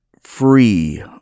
free